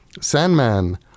Sandman